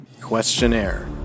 Questionnaire